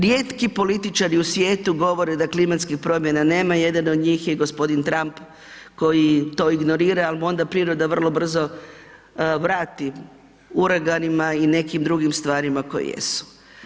Rijetki političari u svijetu govore da klimatske promjene nema, jedan od njih je i g. Trump koji to ignorira, ali mu onda priroda vrlo brzo vrati uraganima i nekim drugim stvarima koje jesu.